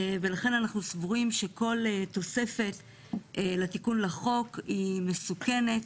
לכן אנחנו סבורים שכל תוספת לתיקון לחוק היא מסוכנת